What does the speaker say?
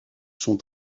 son